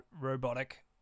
robotic